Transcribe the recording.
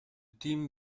team